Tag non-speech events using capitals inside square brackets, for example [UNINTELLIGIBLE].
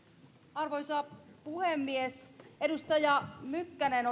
arvoisa puhemies edustaja mykkänen [UNINTELLIGIBLE]